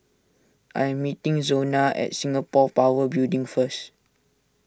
I am meeting Zona at Singapore Power Building first